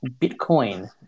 Bitcoin